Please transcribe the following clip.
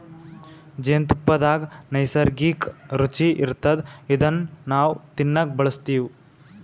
ಜೇನ್ತುಪ್ಪದಾಗ್ ನೈಸರ್ಗಿಕ್ಕ್ ರುಚಿ ಇರ್ತದ್ ಇದನ್ನ್ ನಾವ್ ತಿನ್ನಕ್ ಬಳಸ್ತಿವ್